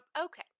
okay